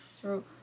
True